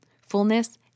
fullness